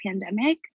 pandemic